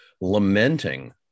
lamenting